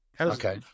Okay